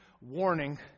warning